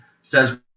says